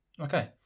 Okay